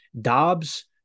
Dobbs